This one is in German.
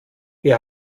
wir